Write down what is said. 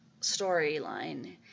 storyline